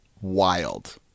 wild